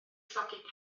llogi